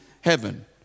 heaven